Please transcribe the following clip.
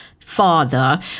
father